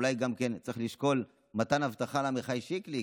אולי גם כן צריך לשקול מתן אבטחה לעמיחי שיקלי,